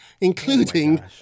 including